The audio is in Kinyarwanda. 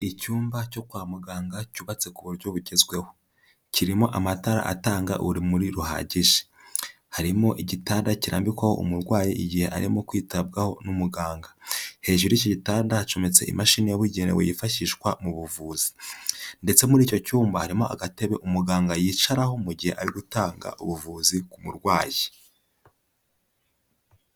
Icyumba cyo kwa muganga cyubatse ku buryo bugezweho. Kirimo amatara atanga urumuri ruhagije. Harimo igitanda kirambikwaho umurwayi igihe arimo kwitabwaho n'umuganga. Hejuru y'iki gitanda hacometse imashini yabugenewe yifashishwa mu buvuzi ndetse muri icyo cyumba harimo agatebe umuganga yicaraho mu gihe ari gutanga ubuvuzi ku murwayi.